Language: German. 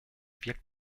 wirkt